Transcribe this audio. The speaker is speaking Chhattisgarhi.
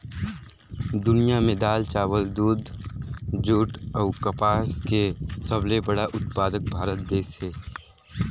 दुनिया में दाल, चावल, दूध, जूट अऊ कपास के सबले बड़ा उत्पादक भारत देश हे